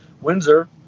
Windsor